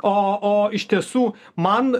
o o iš tiesų man